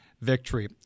victory